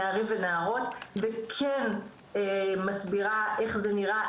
נערים ונערות וכן ומסבירה איך זה ניראה,